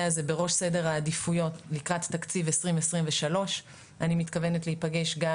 הזה בראש סדר העדיפויות לקראת תקציב 2023. אני מתכוונת להיפגש גם